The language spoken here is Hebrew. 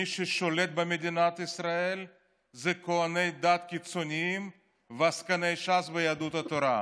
מי ששולט במדינת ישראל הם כוהני דת קיצונים ועסקני ש"ס ויהדות התורה.